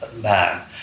man